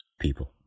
people